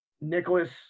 Nicholas